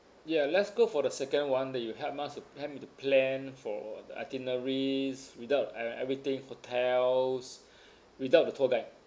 ya let's go for the second [one] that you help my help me to plan for the itineraries without e~ everything hotels without the tour guide